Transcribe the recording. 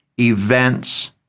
events